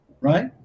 right